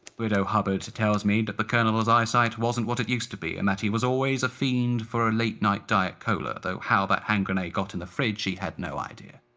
widow hubbard tells me that the colonel's eyesight wasn't what it used to be, and that he was always a fiend for a late night diet cola though how that hand grenade got in the fridge, she had no idea.